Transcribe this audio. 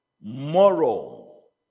moral